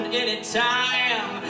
anytime